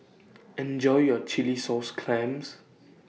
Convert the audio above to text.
Enjoy your Chilli Sauce Clams